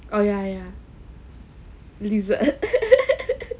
oh yeah yeah lizard